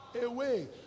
away